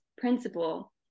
principle